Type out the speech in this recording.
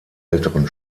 älteren